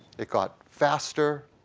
it got faster,